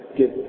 get